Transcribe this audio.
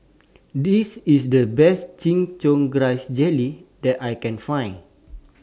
This IS The Best Chin Chow Grass Jelly that I Can Find